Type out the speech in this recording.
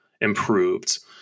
improved